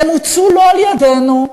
הן הוצעו לא על-ידינו,